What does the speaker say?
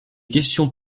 questions